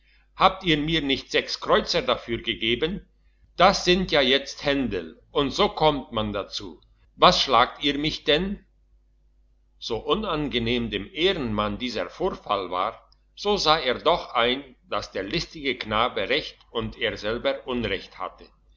habt ihr mir nicht sechs kreuzer dafür gegeben das sind ja jetzt händel und so kommt man dazu was schlagt ihr mich denn so unangenehm dem ehrenmann dieser vorfall war so sah er doch ein dass der listige knabe recht und er selber unrecht hatte